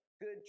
good